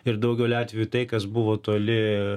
ir daugeliu atveju tai kas buvo toli